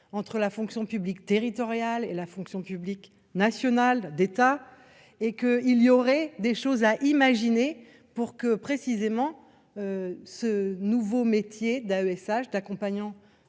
entre la fonction publique territoriale et la fonction publique nationale d'état et que, il y aurait des choses à imaginer pour que précisément ce nouveau métier d'AESH accompagnants